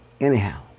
anyhow